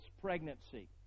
pregnancy